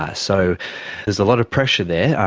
ah so there's a lot of pressure there,